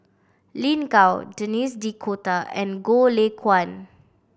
Lin Gao Denis D'Cotta and Goh Lay Kuan